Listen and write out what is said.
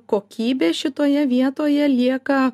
kokybė šitoje vietoje lieka